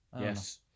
Yes